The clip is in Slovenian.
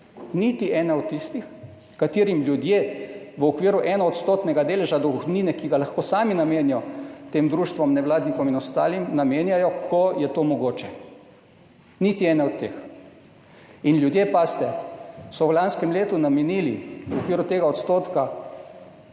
niti ene od tistih, katerim ljudje v okviru enoodstotnega deleža dohodnine, ki ga lahko sami namenijo tem društvom, nevladnikom in ostalim, namenjajo ta delež, ko je to mogoče. Niti ene od teh. Mislim, da so ljudje v lanskem letu namenili v okviru tega odstotka